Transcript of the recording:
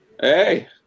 Hey